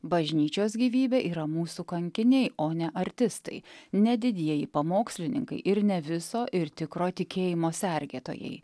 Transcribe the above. bažnyčios gyvybė yra mūsų kankiniai o ne artistai ne didieji pamokslininkai ir ne viso ir tikro tikėjimo sergėtojai